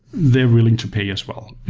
they're willing to pay as well.